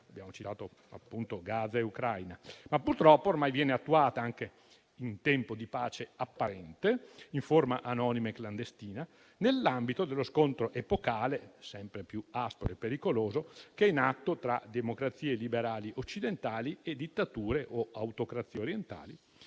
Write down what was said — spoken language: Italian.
(abbiamo citato Gaza e l'Ucraina), ma purtroppo ormai viene attuata anche in tempo di pace apparente in forma anonima e clandestina, nell'ambito dello scontro epocale, sempre più aspro e pericoloso, che è in atto tra democrazie liberali occidentali e dittature o autocrazie orientali,